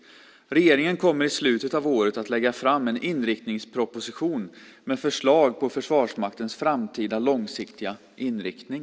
Regeringen kommer i slutet av året att lägga fram en inriktningsproposition med förslag på Försvarsmaktens framtida långsiktiga inriktning.